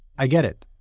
i get it.